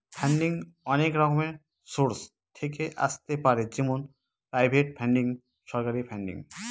funding অনেক রকমের source থেকে আসতে পারে যেমন প্রাইভেট ফান্ডিং, সরকারি ফান্ডিং